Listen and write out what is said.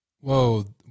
Whoa